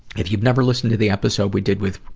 if you never listened to the episode we did with